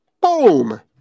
Boom